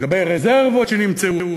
לגבי רזרבות שנמצאו,